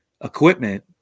equipment